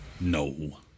No